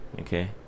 Okay